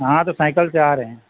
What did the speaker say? ہاں تو سائیکل سے آ رہے ہیں